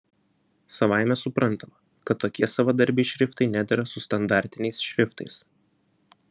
savaime suprantama kad tokie savadarbiai šriftai nedera su standartiniais šriftais